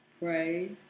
pray